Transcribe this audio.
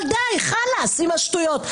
אבל די, חלאס עם השטויות.